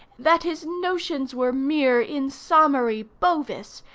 that his notions were mere insommary bovis,